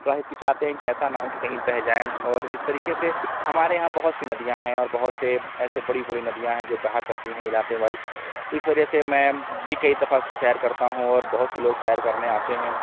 تھوڑا ہچکچاتے ہیں کہ ایسا نہ ہو کہ کہیں بہہ جائیں اور اِس طریقے سے ہمارے یہاں بہت سی ندیاں ہیں اور بہت سے ایسے بڑی بڑی ندیاں ہیں جو بہا کرتی ہیں علاقے وائز اِس وجہ سے میں بھی کئی دفعہ اِس کی سیر کرتا ہوں اور بہت سے لوگ سیر کرنے آتے ہیں